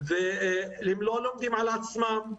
הם לא לומדים על עצמם,